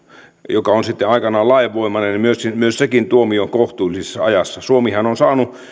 joka on sitten aikanaan lainvoimainen ja myös sekin tuomio kohtuullisessa ajassa suomihan on saanut